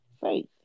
faith